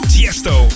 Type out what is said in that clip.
Tiesto